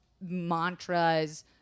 mantras